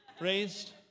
raised